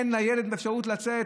אין לילד אפשרות לצאת,